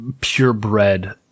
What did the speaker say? purebred